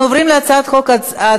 נספחות.] אנחנו עוברים להצעת חוק הצבעה